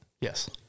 Yes